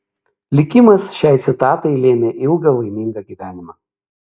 likimas šiai citatai lėmė ilgą laimingą gyvenimą